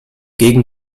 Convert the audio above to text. gegen